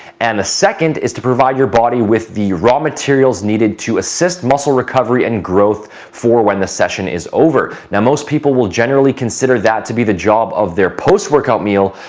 and the second is to provide your body with the raw materials needed to assist muscle recovery and growth for when the session is over. now, most people will generally consider that to be the job of their post-workout meal,